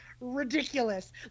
ridiculous